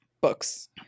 books